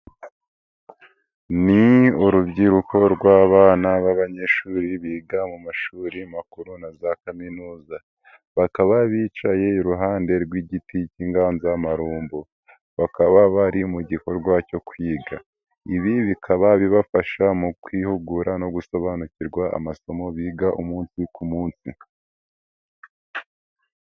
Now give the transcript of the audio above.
Ni urubyiruko rw'abana b'abanyeshuri biga mu mashuri makuru na za kaminuza, bakaba bicaye iruhande rw'igiti cy'inganzamarumbo, bakaba bari mu gikorwa cyo kwiga, ibi bikaba bibafasha mu kwihugura no gusobanukirwa amasomo biga umunsi ku munsi.